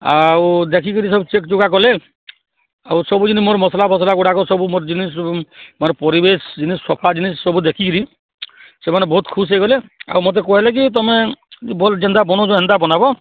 ଆଉ ଦେଖିକିରି ସବୁ ଚେକ୍ଚୁକା କଲେ ଆଉ ସବୁ ଜିନି ମୋର ମସଲାଫସଲା ଗୁଡ଼ାକ ସବୁ ମୋର ଜିନିଷ ମୋର ପରିବେଶ ଜିନିଷ ସଫା ଜିନିଷ ସବୁ ଦେଖିକିରି ସେମାନେ ବହୁତ ଖୁସି ହେଇଗଲେ ଆଉ ମୋତେ କହିଲେ କି ତୁମେ ଭଲ ଯେନ୍ତା ବନଉଛ ହେନ୍ତା ବନାବ